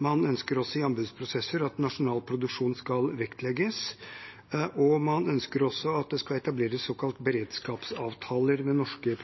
Man ønsker også at nasjonal produksjon skal vektlegges i anbudsprosesser, og man ønsker at det skal etableres såkalte beredskapsavtaler med norske